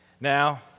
Now